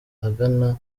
agana